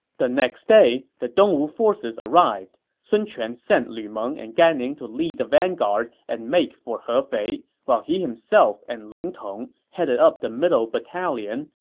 the next day, the dongwu forces arrived. sun quan sent lu meng and gan ning to lead the vanguard and make for hefei, while he himself and ling tong headed up the middle battalion,